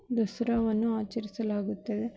ದಸರಾವನ್ನು ಆಚರಿಸಲಾಗುತ್ತದೆ